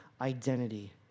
identity